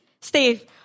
Steve